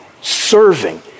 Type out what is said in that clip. serving